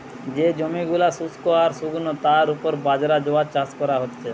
যে জমি গুলা শুস্ক আর শুকনো তার উপর বাজরা, জোয়ার চাষ কোরা হচ্ছে